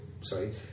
sorry